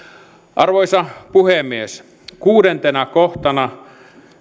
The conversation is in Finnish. arvoisa puhemies kuudentena kohtana